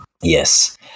Yes